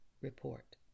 report